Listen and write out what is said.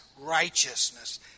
righteousness